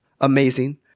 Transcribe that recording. amazing